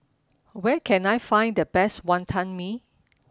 where can I find the best Wantan Mee